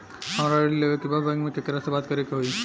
हमरा ऋण लेवे के बा बैंक में केकरा से बात करे के होई?